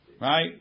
right